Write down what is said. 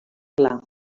clar